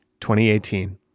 2018